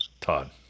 Todd